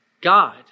God